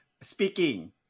Speaking